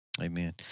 Amen